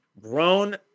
grown –